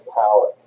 power